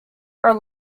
are